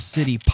City